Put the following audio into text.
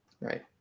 right